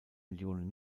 millionen